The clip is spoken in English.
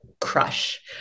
crush